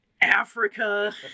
Africa